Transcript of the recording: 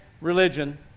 religion